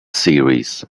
series